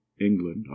england